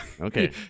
Okay